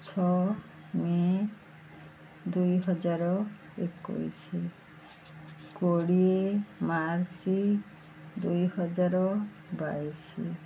ଛଅ ମେ' ଦୁଇହଜାର ଏକୋଇଶ କୋଡ଼ିଏ ମାର୍ଚ୍ଚ ଦୁଇହଜାର ବାଇଶ